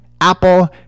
Apple